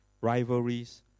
rivalries